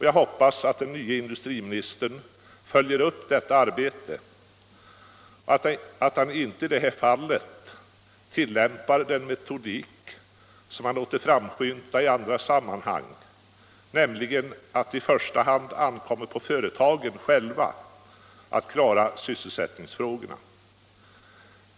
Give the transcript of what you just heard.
Jag hoppas att den nye industriministern följer upp detta arbete och att han i det här fallet inte tilllämpar den metod som han låtit framskymta i andra sammanhang — att det i första hand ankommer på företagen själva att klara sysselsättningsfrågorna.